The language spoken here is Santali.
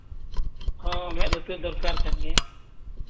ᱦᱳᱭ ᱢᱮᱫ ᱞᱩᱛᱩᱨ ᱫᱚᱨᱠᱟᱨ ᱠᱟᱱ ᱜᱮᱭᱟ